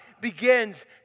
begins